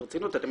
ברצינות, אתם